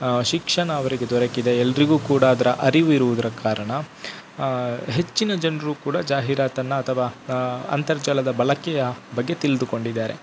ಶಿಕ್ಷಣ ಅವರಿಗೆ ದೊರೆಕಿದೆ ಎಲ್ಲರಿಗೂ ಕೂಡ ಅದರ ಅರಿವು ಇರುವುದ್ರ ಕಾರಣ ಹೆಚ್ಚಿನ ಜನರೂ ಕೂಡ ಜಾಹೀರಾತನ್ನು ಅಥವಾ ಅಂತರ್ಜಾಲದ ಬಳಕೆಯ ಬಗ್ಗೆ ತಿಳಿದುಕೊಂಡಿದ್ದಾರೆ